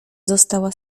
została